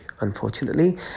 unfortunately